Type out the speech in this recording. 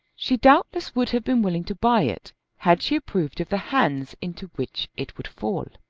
she doubtless would have been willing to buy it had she approved of the hands into which it would fall.